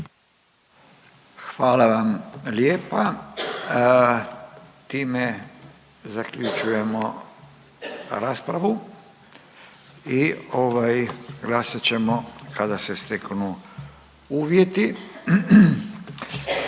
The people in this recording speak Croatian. sa raspravom, ja zaključujem raspravu i glasovat ćemo kada se steknu uvjeti.